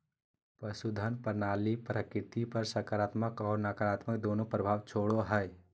पशुधन प्रणाली प्रकृति पर सकारात्मक और नकारात्मक दोनों प्रभाव छोड़ो हइ